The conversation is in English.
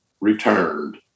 returned